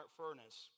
furnace